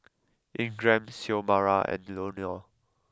Ingram Xiomara and Leonor